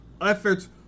efforts